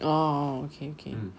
orh okay okay